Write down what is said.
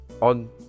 on